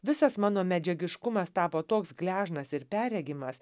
visas mano medžiagiškumas tapo toks gležnas ir perregimas